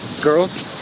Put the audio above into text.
Girls